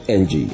ng